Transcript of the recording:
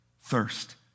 thirst